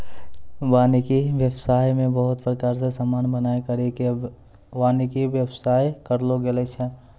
वानिकी व्याबसाय मे बहुत प्रकार रो समान बनाय करि के वानिकी व्याबसाय करलो गेलो छै